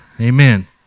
amen